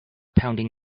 pounding